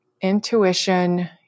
intuition